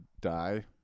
die